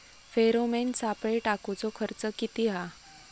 Pheromone सापळे टाकूचो खर्च किती हा?